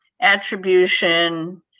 attribution